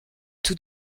tout